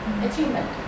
Achievement